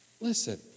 Listen